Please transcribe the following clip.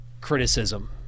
criticism